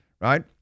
right